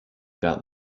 got